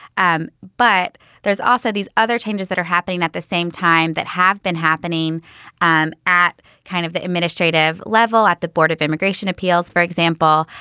um but there's also these other changes that are happening at the same time that have been happening and at kind of the administrative level, at the board of immigration appeals, for example,